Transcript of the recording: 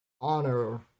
honor